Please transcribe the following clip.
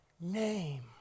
name